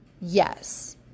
yes